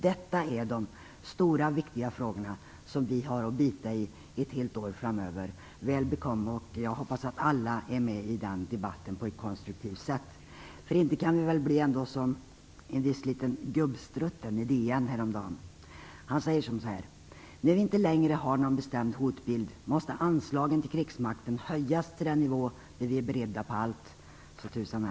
Detta är de stora och viktiga frågor som vi har att bita i ett helt år framöver. Väl bekommen! Jag hoppas att alla är med i den debatten på ett konstruktivt sätt. Inte kan det väl bli så som en viss liten gubbstrutt sade i DN: När vi inte längre har någon bestämd hotbild måste anslagen till krigsmakten höjas till den nivå där vi är beredda på allt. Tack!